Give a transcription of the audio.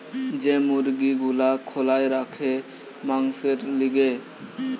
যে মুরগি গুলা খোলায় রাখে মাংসোর লিগে